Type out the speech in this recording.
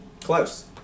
Close